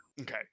Okay